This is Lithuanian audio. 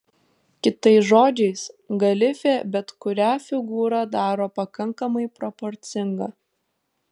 kitais žodžiais galifė bet kurią figūrą daro pakankamai proporcinga